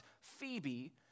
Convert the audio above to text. Phoebe